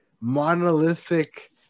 monolithic